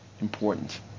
important